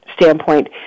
standpoint